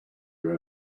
your